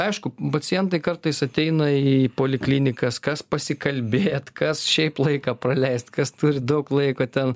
aišku pacientai kartais ateina į poliklinikas kas pasikalbėt kas šiaip laiką praleist kas turi daug laiko ten